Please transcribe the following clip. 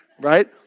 right